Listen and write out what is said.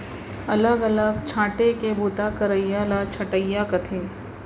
अलग अलग छांटे के बूता करइया ल छंटइया कथें